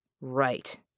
Right